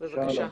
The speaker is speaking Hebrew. שלום.